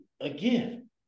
again